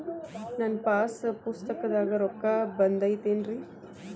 ನನ್ನ ಪಾಸ್ ಪುಸ್ತಕದಾಗ ರೊಕ್ಕ ಬಿದ್ದೈತೇನ್ರಿ?